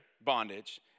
bondage